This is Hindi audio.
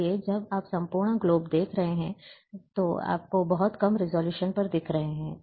इसलिए जब आप संपूर्ण ग्लोब देख रहे हैं तो आप बहुत कम रिज़ॉल्यूशन पर देख रहे हैं